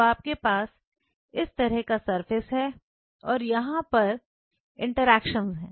तो आपके पास इस तरह का सरफेस है और यहां पर इंटरेक्शंस है